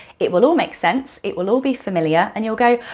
it will all make sense, it will all be familiar and you'll go,